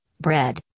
bread